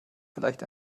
vielleicht